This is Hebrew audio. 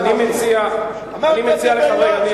אמרת את זה באולם,